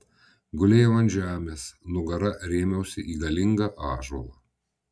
gulėjau ant žemės nugara rėmiausi į galingą ąžuolą